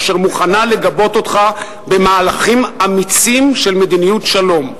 אשר מוכנה לגבות אותך במהלכים אמיצים של מדיניות שלום.